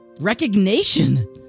recognition